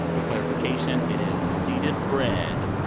for clarification, it is seeded bread,